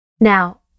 Now